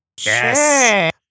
Yes